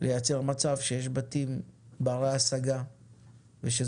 לייצר מצב שיש בתים ברי השגה ושזוג